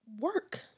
work